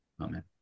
amen